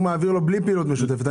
הוא מעביר לו בלי פעילות משותפת.